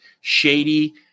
shady –